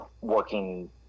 working